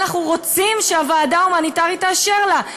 אנחנו רוצים שהוועדה ההומניטרית תאשר להם.